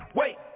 wait